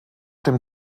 dem